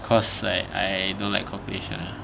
cause like I don't like calculation